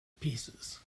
pieces